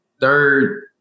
third